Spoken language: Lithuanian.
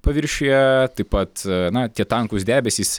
paviršiuje taip pat na tie tankūs debesys